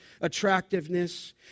attractiveness